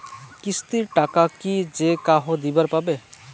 কিস্তির টাকা কি যেকাহো দিবার পাবে?